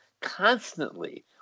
constantly